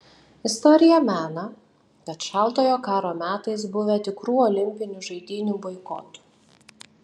istorija mena kad šaltojo karo metais buvę tikrų olimpinių žaidynių boikotų